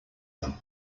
them